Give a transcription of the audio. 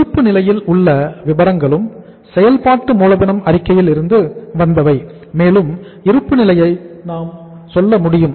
இருப்பு நிலையில் உள்ள விபரங்களும் செயல்பாட்டு மூலதனம் அறிக்கையில் இருந்து வந்தவை மேலும் இருப்பு நிலையை நாம் சொல்ல முடியும்